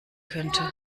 könnte